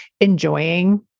enjoying